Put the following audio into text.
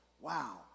wow